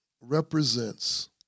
represents